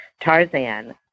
Tarzan